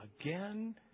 again